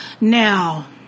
Now